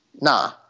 Nah